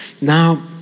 now